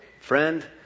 Friend